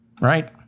right